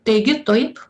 taigi taip